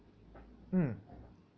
mm